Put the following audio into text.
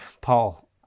Paul